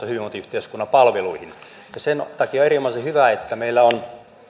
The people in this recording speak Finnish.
rahoitusta hyvinvointiyhteiskunnan palveluihin ja sen takia on erinomaisen hyvä että meillä on